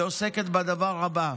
ועוסקת בדבר הבא: